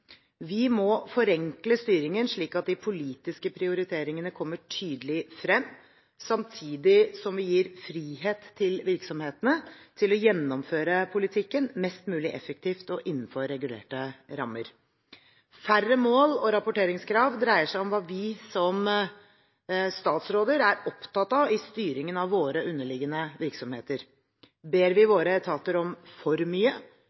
Vi må forenkle styringen, slik at de politiske prioriteringene kommer tydelig frem, samtidig som vi gir virksomhetene frihet til å gjennomføre politikken mest mulig effektivt og innenfor regulerte rammer. Færre mål- og rapporteringskrav dreier seg om hva vi som statsråder er opptatt av i styringen av våre underliggende virksomheter. Ber vi våre etater om for mye,